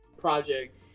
project